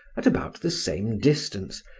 at about the same distance,